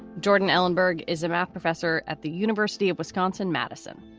jordan ellenberg is a math professor at the university of wisconsin, madison.